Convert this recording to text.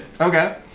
Okay